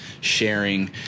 sharing